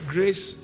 Grace